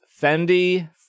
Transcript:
Fendi